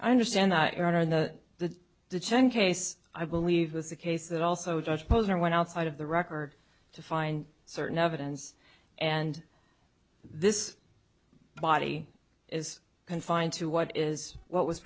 i understand that the chuang case i believe was the case that also judge posner went outside of the record to find certain evidence and this body is confined to what is what was